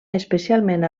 especialment